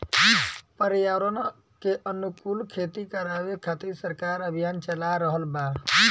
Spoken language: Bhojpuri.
पर्यावरण के अनुकूल खेती करावे खातिर सरकार अभियान चाला रहल बा